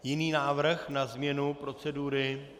Jiný návrh na změnu procedury?